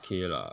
okay lah